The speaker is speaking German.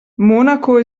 monaco